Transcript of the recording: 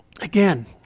again